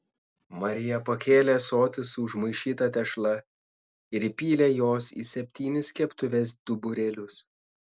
marija pakėlė ąsotį su užmaišyta tešla ir įpylė jos į septynis keptuvės duburėlius